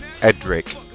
Edric